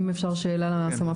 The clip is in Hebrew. אם אפשר שאלה לסמפכ"ל.